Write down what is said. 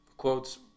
Quotes